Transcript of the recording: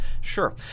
sure